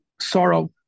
sorrow